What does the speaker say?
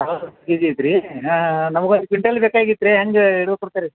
ಹಾಂ K G ಐತ್ರೀ ಹಾಂ ಹಾಂ ಹಾಂ ನಮ್ಗೆ ಒಂದು ಕ್ವಿಂಟಲ್ ಬೇಕಾಗಿತ್ತು ರೀ ಹೆಂಗೆ ಇದು ಕೊಡ್ತೀರಿ